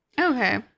okay